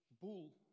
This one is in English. Bull